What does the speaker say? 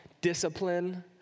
discipline